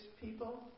people